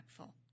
impactful